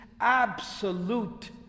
absolute